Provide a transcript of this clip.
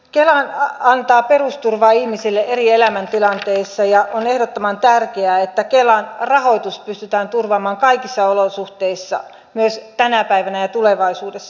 kela antaa perusturvaa ihmisille eri elämäntilanteissa ja on ehdottoman tärkeää että kelan rahoitus pystytään turvaamaan kaikissa olosuhteissa myös tänä päivänä ja tulevaisuudessa